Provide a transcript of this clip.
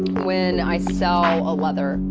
when i sell a leather,